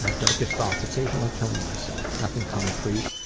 ah darkest thoughts? occasionally killing myself. nothing concrete.